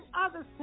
others